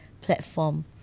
platform